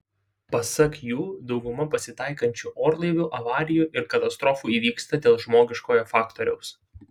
pasak jų dauguma pasitaikančių orlaivių avarijų ir katastrofų įvyksta dėl žmogiškojo faktoriaus